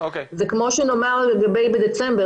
זה כמו שנאמר לגבי בדצמבר,